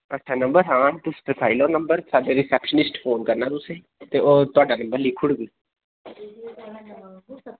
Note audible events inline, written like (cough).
अच्छा नंबर लखाना तुस लखाई लैओ नंबर (unintelligible) रिसेप्शनिस्ट फोन करना तुसें ते ओह् तुहाडा नंबर लिखी ओड़गी